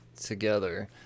together